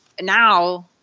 now